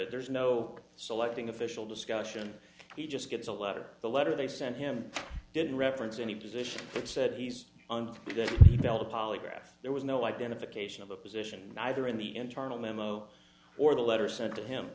it there's no selecting official discussion he just gets a letter the letter they sent him didn't reference any position that said he's going to tell the polygraph there was no identification of a position either in the internal memo or the letter sent